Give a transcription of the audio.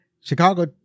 Chicago